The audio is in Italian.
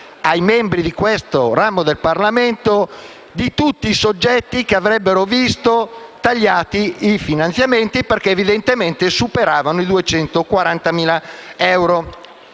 ai membri di questo ramo del Parlamento da parte di tutti i soggetti che avrebbero visto tagliati i finanziamenti, perché evidentemente superavano il tetto